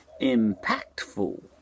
impactful